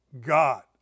God